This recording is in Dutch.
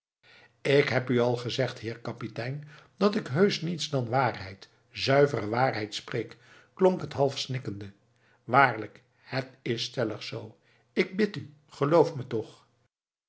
ik heb u al gezegd heer kapitein dat ik heusch niets dan waarheid zuivere waarheid spreek klonk het half snikkende waarlijk het is stellig zoo ik bid u geloof me toch